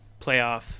playoff